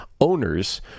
owners